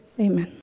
Amen